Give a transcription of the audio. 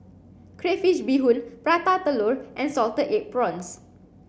Crayfish Beehoon Orata Telur and salted egg prawns